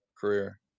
career